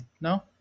no